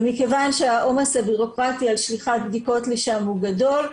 ומכיוון שהעומס הבירוקרטי על שליחת בדיקות לשם הוא גדול,